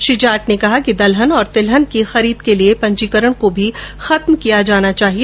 श्री जाट ने कहा कि दलहन और तिलहन की खरीद के लिए पंजीकरण को भी खत्म किया जाना चाहिए